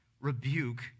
rebuke